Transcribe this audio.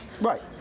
Right